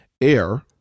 Air